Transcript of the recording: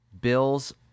Bill's